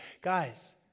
Guys